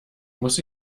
muss